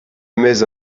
émets